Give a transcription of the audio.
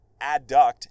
adduct